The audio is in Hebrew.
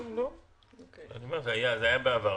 זה היה בעבר.